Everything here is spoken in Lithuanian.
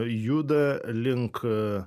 juda link